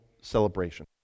celebration